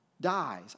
dies